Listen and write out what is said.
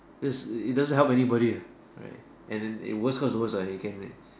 that's it doesn't help anybody uh right and then the worst come to worst uh they can